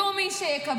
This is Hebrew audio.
יהיו מי שיקבלו,